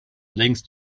längst